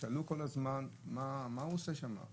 שאלו כל הזמן: מה הוא עושה שם?